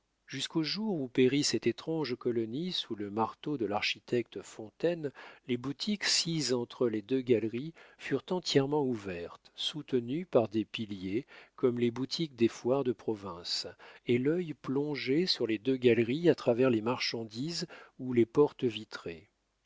jusqu'au jour où périt cette étrange colonie sous le marteau de l'architecte fontaine les boutiques sises entre les deux galeries furent entièrement ouvertes soutenues par des piliers comme les boutiques des foires de province et l'œil plongeait sur les deux galeries à travers les marchandises ou les portes vitrées